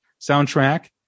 soundtrack